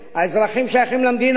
האזרחים שייכים למדינה,